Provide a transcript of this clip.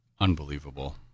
Unbelievable